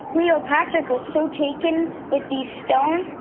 cleopatra was so taken with these stones,